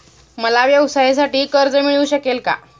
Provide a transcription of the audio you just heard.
मला व्यवसायासाठी कर्ज मिळू शकेल का?